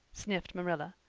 sniffed marilla.